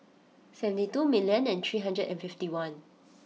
seventy two million and three hundred and fifty one